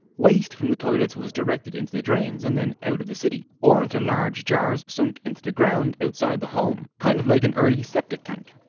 waste from the toilets was directed into the drains and out of the city or into large jars sunk into the ground outside the home kind of like an early septic tank.